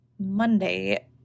Monday